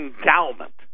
endowment